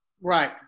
Right